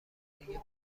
دیگه